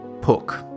Pook